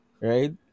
Right